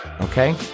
okay